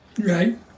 Right